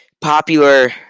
popular